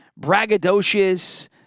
braggadocious